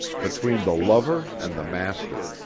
between the lover and the master.